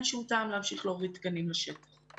אין שום טעם להמשיך להוריד תקנים לשטח כי